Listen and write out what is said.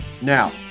Now